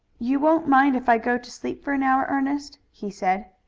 you won't mind if i go to sleep for an hour, ernest? he said.